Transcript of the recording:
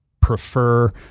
prefer